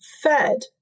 fed